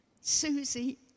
Susie